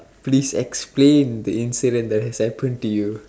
please explain the incident that has happened to you